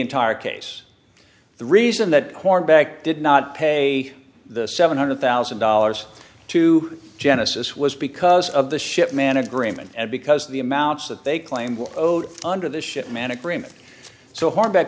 entire case the reason that quarterback did not pay the seven hundred thousand dollars to genesis was because of the ship man agreement and because the amounts that they claimed will vote under the ship man agreement so hard that